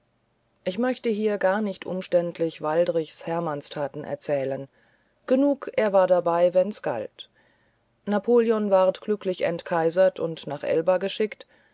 ich möchte hier gar nicht umständlich waldrichs hermannstaten erzählen genug er war dabei wenn's galt napoleon ward glücklich entkaisert und nach elba geschickt